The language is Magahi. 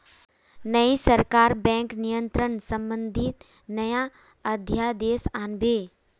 नई सरकार बैंक नियंत्रण संबंधी नया अध्यादेश आन बे